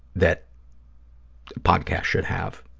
that podcast should have.